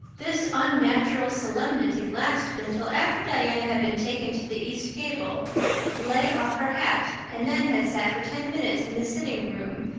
this unnatural solemnity lasted until after diana had been taken to the east gable to lay off her hat and then had sat for ten minutes in the sitting room,